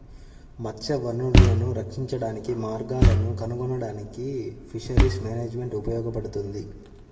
మత్స్య వనరులను రక్షించడానికి మార్గాలను కనుగొనడానికి ఫిషరీస్ మేనేజ్మెంట్ ఉపయోగపడుతుంది